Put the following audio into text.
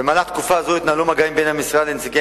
במהלך תקופה זו התנהלו מגעים בין המשרד לנציגי